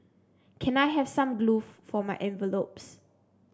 can I have some glue for my envelopes